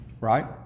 Right